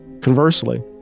Conversely